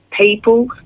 people